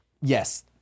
yes